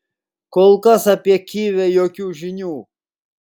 kol kas apie kivę jokių žinių